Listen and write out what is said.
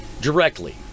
directly